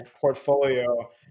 portfolio